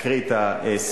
אקריא את הסיבה,